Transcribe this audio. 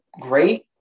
great